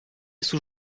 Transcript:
sous